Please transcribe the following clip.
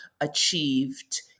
achieved